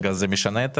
רגע, זה משנה את